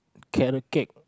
carrot cake